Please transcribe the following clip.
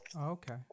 okay